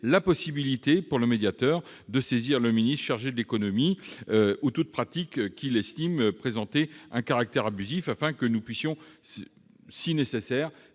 la possibilité pour le médiateur de saisir le ministre chargé de l'économie de toute pratique qu'il estime présenter un caractère abusif, afin que celui-ci puisse, si nécessaire,